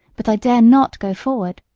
but i dare not go forward.